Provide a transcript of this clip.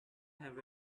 have